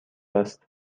است